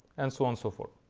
and so on so forth.